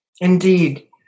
Indeed